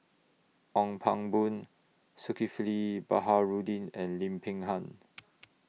Ong Pang Boon Zulkifli Baharudin and Lim Peng Han